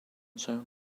zone